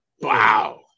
wow